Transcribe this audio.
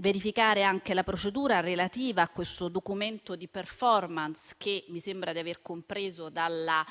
verificare anche la procedura relativa a questo documento di *performance* che, mi sembra di aver compreso dalla